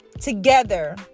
together